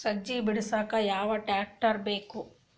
ಸಜ್ಜಿ ಬಿಡಸಕ ಯಾವ್ ಟ್ರ್ಯಾಕ್ಟರ್ ಬೇಕು?